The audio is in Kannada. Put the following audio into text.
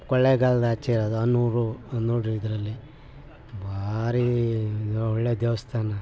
ಕೊಳ್ಳೇಗಾಲದಾಚೆ ಇರೋದು ಅನ್ನೂರು ನೋಡ್ರಿ ಇದರಲ್ಲಿ ಭಾರಿ ಒಳ್ಳೆ ದೇವಸ್ಥಾನ